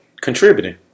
Contributing